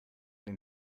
den